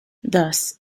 thus